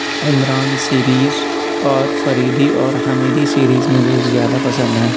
Imran series اور فریدی اور Hamidi series مجھے زیادہ پسند ہیں